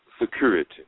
security